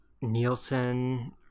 Nielsen